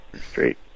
straight